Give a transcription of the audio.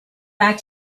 back